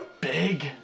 big